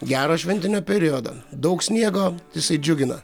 gero šventinio periodo daug sniego jisai džiugina